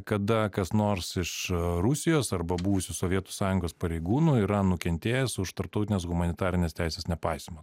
kada kas nors iš rusijos arba buvusių sovietų sąjungos pareigūnų yra nukentėjęs už tarptautinės humanitarinės teisės nepaisymą